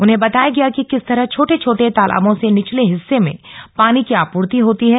उन्हें बताया गया कि किस तरह छोटे छोटे तालाबों से निचले हिस्से में पानी की आपूर्ति होती है